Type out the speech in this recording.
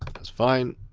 that's fine.